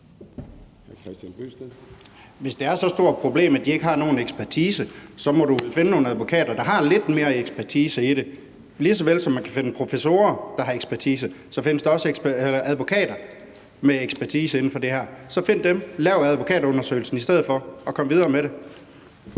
Hvis det er så stort et problem, at de ikke har nogen ekspertise, må man jo finde nogle advokater, der har lidt mere ekspertise i det. Lige så vel som man kan finde professorer, der har ekspertise, findes der også advokater med ekspertise inden for det her. Så find dem, lav advokatundersøgelsen i stedet for, og kom videre med det.